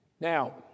Now